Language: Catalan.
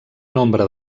nombre